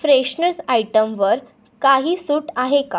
freshness आयटमवर काही सूट आहे का